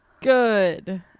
good